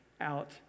out